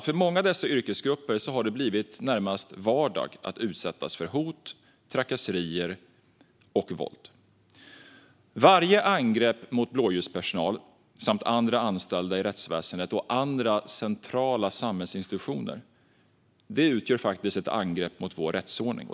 För många av dessa yrkesgrupper har det tyvärr blivit närmast vardag att utsättas för hot, trakasserier och våld. Varje angrepp mot blåljuspersonal samt andra anställda i rättsväsendet och andra centrala samhällsinstitutioner utgör ett angrepp mot vår rättsordning.